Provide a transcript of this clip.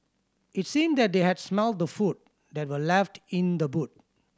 it seemed that they had smelt the food that were left in the boot